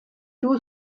too